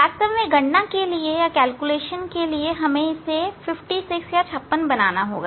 वास्तव में गणना के लिए हमें इसे 56 बनाना होगा